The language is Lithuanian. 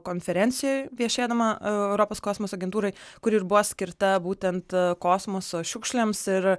konferencijoj viešėdama europos kosmoso agentūroj kuri ir buvo skirta būtent kosmoso šiukšlėms ir